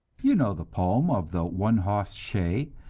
you know the poem of the one hoss shay,